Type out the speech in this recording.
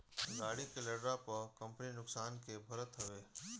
गाड़ी के लड़ला पअ कंपनी नुकसान के भरत हवे